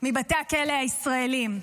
מבתי הכלא הישראליים.